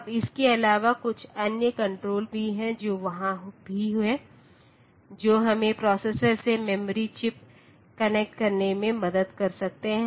अब इसके अलावा कुछ अन्य कण्ट्रोल भी हैं जो वहां भी हैं जो हमें प्रोसेसर से मेमोरी चिप्स कनेक्ट करने में मदद कर सकते हैं